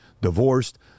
divorced